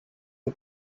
you